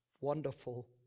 wonderful